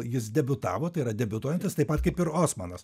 jis debiutavo tai yra debiutuojantis taip pat kaip ir osmanas